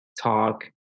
talk